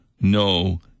no